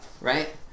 right